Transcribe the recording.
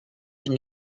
une